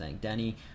Danny